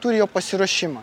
turi jau pasiruošimą